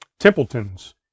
Templeton's